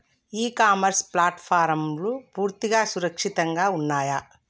ఇ commerce ప్లాట్ఫారమ్లు పూర్తిగా సురక్షితంగా ఉన్నయా?